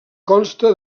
consta